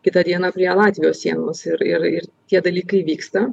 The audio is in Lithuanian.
kitą dieną prie latvijos sienos ir ir ir tie dalykai vyksta